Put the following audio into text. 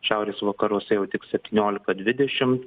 šiaurės vakaruose jau tik septyniolika dvidešimt